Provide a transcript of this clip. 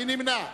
מי נמנע?